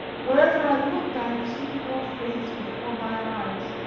wherever i looked i have seen your face before my eyes,